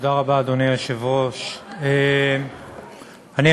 אדוני היושב-ראש, תודה רבה, לא מוותרים עליך.